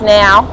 now